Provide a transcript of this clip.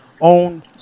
own